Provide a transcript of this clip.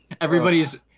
everybody's